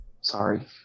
sorry